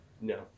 no